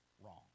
wrong